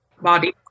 body